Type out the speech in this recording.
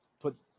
put